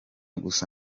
gusa